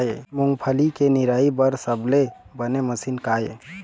मूंगफली के निराई बर सबले बने मशीन का ये?